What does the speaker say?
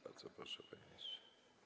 Bardzo proszę, panie ministrze.